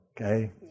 Okay